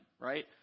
right